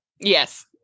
Yes